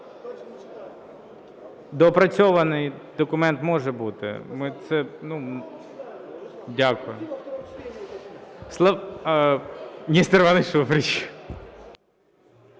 Доопрацьований документ може бути. Ми